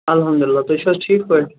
الحمدُاللہ تُہۍ چھو حظ ٹھیٖک پٲٹھۍ